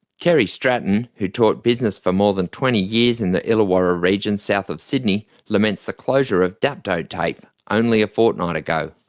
kerry stratton, who taught business for more than twenty years in the illawarra region south of sydney, laments the closure of dapto tafe, only a fortnight ago.